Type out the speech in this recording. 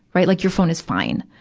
right. like, your phone is fine.